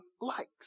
likes